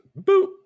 Boop